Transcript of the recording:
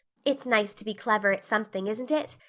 it's nice to be clever at something, isn't it?